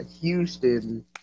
Houston